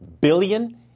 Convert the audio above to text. billion